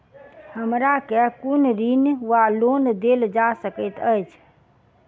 हमरा केँ कुन ऋण वा लोन देल जा सकैत अछि?